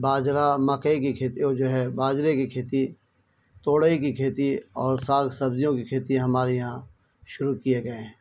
باجرا مکئی کی کھیتی اور جو ہے باجرے کی کھیتی تورئی کی کھیتی اور ساگ سبزیوں کی کھیتی ہمارے یہاں شروع کیے گئے ہیں